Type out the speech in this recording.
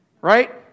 Right